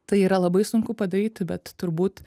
tai yra labai sunku padaryti bet turbūt